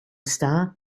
star